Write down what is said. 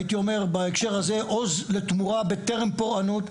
אני אומר בהקשר הזה עוז לתמורה בטרם פורענות,